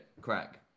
crack